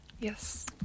Yes